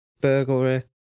burglary